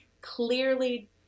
clearly